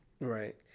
Right